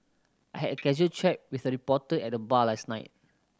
I had a casual chat with a reporter at the bar last night